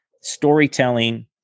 storytelling